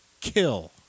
kill